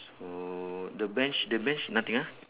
so the bench the bench nothing ah